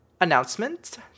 announcement